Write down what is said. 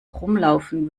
rumlaufen